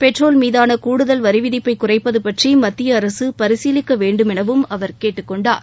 petrol மீதான கூடுதல் வரி விதிப்பை குறைப்பது பற்றி மத்திய அரசு பரிசீலிக்க வேண்டுமெனவும் அவர் கேட்டுக் கொண்டார்